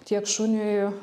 tiek šuniui